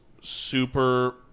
super